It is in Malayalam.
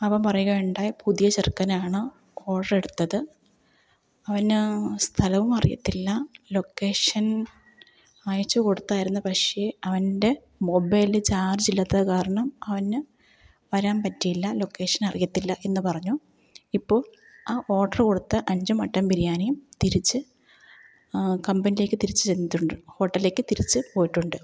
അവൻ പറയുകയുണ്ടായി പുതിയ ചെറുക്കനാണ് ഓര്ഡറെടുത്തത് അവന് സ്ഥലവും അറിയത്തില്ല ലൊക്കേഷൻ അയച്ചുകൊടുത്തായിരുന്നു പക്ഷേ അവൻ്റെ മൊബൈലിൽ ചാർജ്ജില്ലാത്തതുകാരണം അവനു വരാൻ പറ്റിയില്ല ലൊക്കേഷൻ അറിയത്തില്ല എന്ന് പറഞ്ഞു ഇപ്പോള് ആ ഓർഡർ കൊടുത്ത അഞ്ച് മട്ടൻ ബിരിയാണിയും തിരിച്ച് കമ്പനിയിലേക്ക് തിരിച്ച് ചെന്നിട്ടുണ്ട് ഹോട്ടലിലേക്ക് തിരിച്ച് പോയിട്ടുണ്ട്